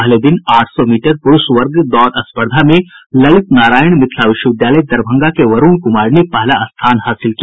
पहले दिन आठ सौ मीटर प्रूष वर्ग दौड़ स्पर्धा में ललित नारायण मिथिला विश्वविद्यालय दरभंगा के वरूण कुमार ने पहला स्थान हासिल किया